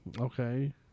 Okay